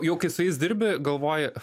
jau kai su jais dirbi galvoji